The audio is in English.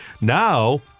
Now